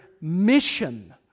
mission